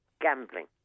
gambling